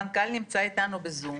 המנכ"ל נמצא איתנו בזום